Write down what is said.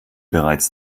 bereits